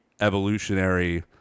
evolutionary